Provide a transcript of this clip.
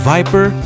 Viper